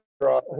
draw